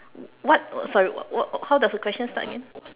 what sorry what what how does the question start again